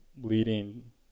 leading